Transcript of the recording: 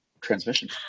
transmission